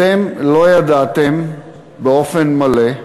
אתם לא ידעתם באופן מלא,